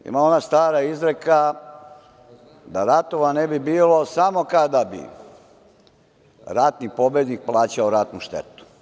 Ima ona stara izreka, da ratova ne bi bilo, samo kada bi ratni pobednik plaćao ratnu štetu.